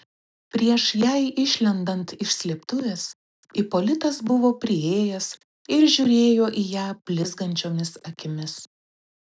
prieš jai išlendant iš slėptuvės ipolitas buvo priėjęs ir žiūrėjo į ją blizgančiomis akimis